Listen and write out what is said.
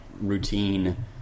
routine